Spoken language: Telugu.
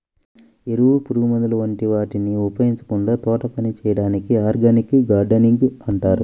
ఎరువులు, పురుగుమందుల వంటి వాటిని ఉపయోగించకుండా తోటపని చేయడాన్ని ఆర్గానిక్ గార్డెనింగ్ అంటారు